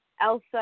Elsa